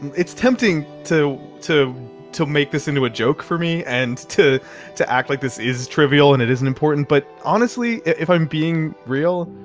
it's tempting to. to to make this into a joke for me and to to act like this is trivial and it isn't important, but honestly, if i'm being real,